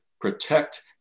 protect